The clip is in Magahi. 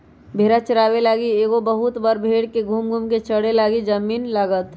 भेड़ा चाराबे लागी एगो बहुत बड़ भेड़ के घुम घुम् कें चरे लागी जमिन्न लागत